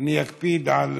תודה לחבר הכנסת סעיד אלחרומי.